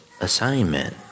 assignment